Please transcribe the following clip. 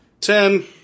Ten